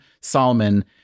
Solomon